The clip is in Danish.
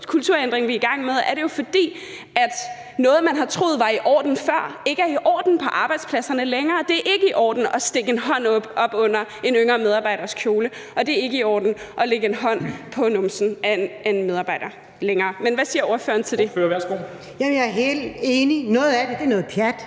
kulturændring, vi er i gang med, er det jo, fordi noget, man har troet var i orden før, ikke er i orden på arbejdspladserne længere; det er ikke i orden at stikke en hånd op under en yngre medarbejders kjole, og det er ikke i orden at lægge en hånd på numsen af en medarbejder længere. Men hvad siger ordføreren til det? Kl. 10:49 Formanden (Henrik Dam